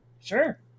Sure